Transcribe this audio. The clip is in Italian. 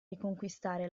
riconquistare